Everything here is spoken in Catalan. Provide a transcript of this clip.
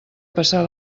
passar